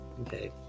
okay